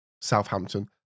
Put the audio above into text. Southampton